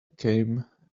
came